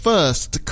first